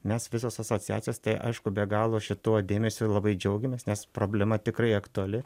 mes visos asociacijos tai aišku be galo šituo dėmesiu labai džiaugiamės nes problema tikrai aktuali